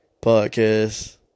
podcast